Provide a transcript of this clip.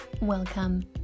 Welcome